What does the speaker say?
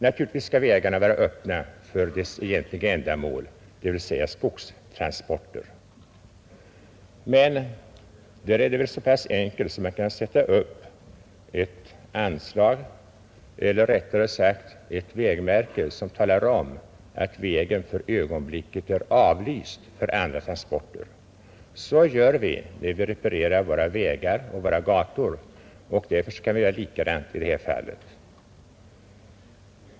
Naturligtvis skall vägarna främst tillgodose sitt egentliga ändamål, dvs. skogstransporter, men man borde helt enkelt kunna sätta upp ett anslag eller rättare sagt ett vägmärke, som talar om att vägen för ögonblicket är avlyst för andra transporter. Så gör vi när vi reparerar våra vägar och gator, och vi kan göra likadant i detta fall.